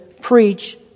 preach